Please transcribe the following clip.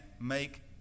make